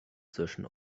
zwischen